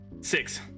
Six